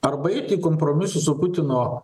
arba eiti į kompromisus su putino